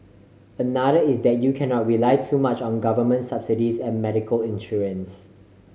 another is that you cannot rely too much on government subsidies and medical insurance